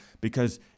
because-